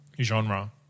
genre